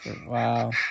Wow